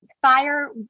FIRE